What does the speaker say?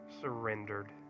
surrendered